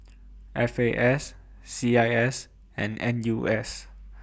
F A S C I S and N U S